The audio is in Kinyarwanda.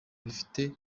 bafite